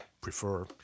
prefer